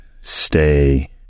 stay